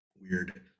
weird